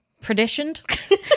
preditioned